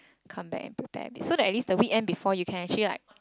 come back and prepare a bit so that at least the weekend before you can actually like